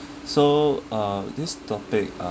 so uh this topic a~